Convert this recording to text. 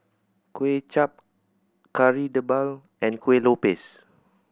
Kuay Chap Kari Debal and Kuih Lopes